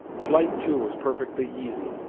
flight, too, was perfectly easy,